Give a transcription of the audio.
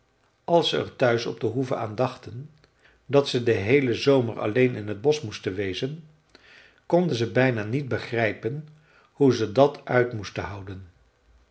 als ze er thuis op de hoeve aan dachten dat ze den heelen zomer alleen in het bosch moesten wezen konden ze bijna niet begrijpen hoe ze dat uit moesten houden